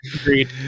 agreed